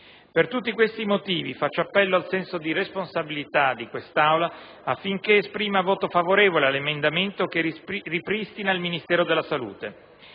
Per tutti questi motivi, faccio appello al senso di responsabilità di quest'Aula affinché esprima voto favorevole all'emendamento che ripristina il Ministero della salute.